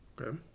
Okay